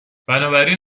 بنابراین